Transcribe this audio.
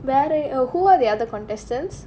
who are the other contestants